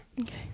Okay